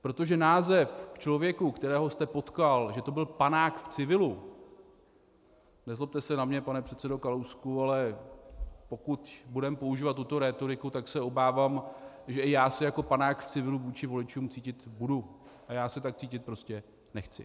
Protože název člověku, kterého jste potkal, že to byl panák v civilu, nezlobte se na mě, pane předsedo Kalousku, ale pokud budeme používat tuto rétoriku, tak se obávám, že i já se jako panák v civilu vůči voličům cítit budu a já se tak cítit prostě nechci.